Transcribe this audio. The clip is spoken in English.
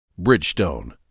Bridgestone